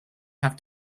have